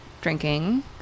drinking